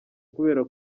kubera